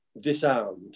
disarmed